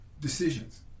decisions